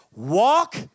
Walk